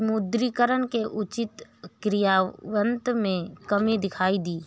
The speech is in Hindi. विमुद्रीकरण के उचित क्रियान्वयन में कमी दिखाई दी